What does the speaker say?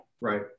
Right